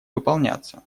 выполняться